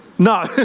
No